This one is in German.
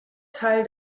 teil